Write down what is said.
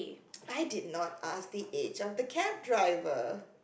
I did not ask the age of the cab driver